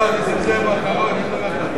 נסים זאב אחרון.